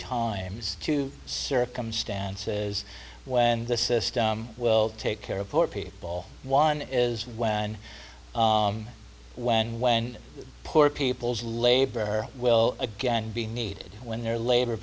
times two circumstances when the system will take care of poor people one is when when when poor people's labor will again be needed when their labor